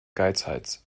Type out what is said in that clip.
geizhals